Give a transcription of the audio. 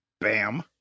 Bam